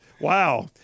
Wow